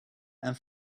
and